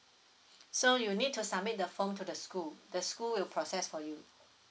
so you need to submit the form to the school the school will process for you